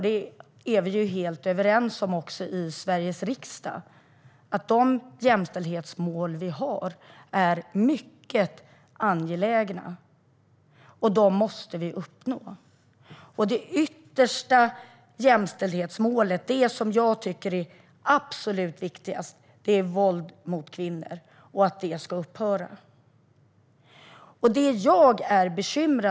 Vi är också helt överens i Sveriges riksdag om att de jämställdhetsmål vi har är mycket angelägna och att vi måste uppnå dem. Det yttersta jämställdhetsmålet, det som jag tycker är absolut viktigast, är att våldet mot kvinnor ska upphöra.